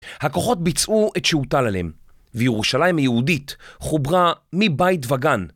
הכוחות ביצעו את שהוטל עליהם, וירושלים היהודית חוברה מבית וגן.